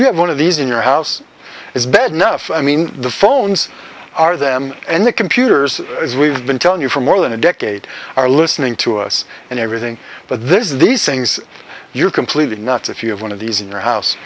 you have one of these in your house it's bad enough i mean the phones are them and the computers as we've been telling you for more than a decade are listening to us and everything but there's these things you're completely nuts if you have one of these in your house